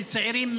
של הצעירים,